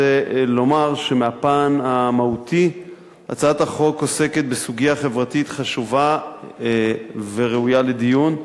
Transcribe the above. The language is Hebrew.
מהפן המהותי הצעת החוק עוסקת בסוגיה חברתית חשובה וראויה לדיון.